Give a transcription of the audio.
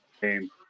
game